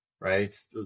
Right